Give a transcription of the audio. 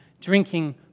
drinking